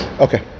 Okay